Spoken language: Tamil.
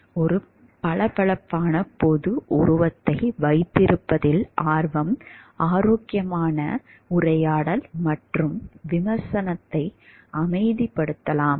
ஒரு பளபளப்பான பொது உருவத்தை வைத்திருப்பதில் ஆர்வம் ஆரோக்கியமான உரையாடல் மற்றும் விமர்சனத்தை அமைதிப்படுத்தலாம்